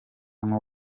nko